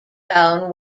town